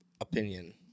opinion